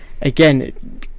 again